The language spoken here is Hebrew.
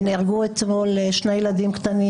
נהרגו אתמול שני ילדים קטנים,